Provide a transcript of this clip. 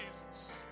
Jesus